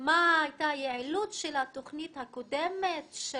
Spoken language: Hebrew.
מה הייתה היעילות של התוכנית הקודמת של